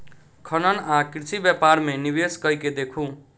खनन आ कृषि व्यापार मे निवेश कय के देखू